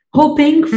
hoping